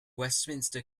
westminster